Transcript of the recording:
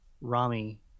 Rami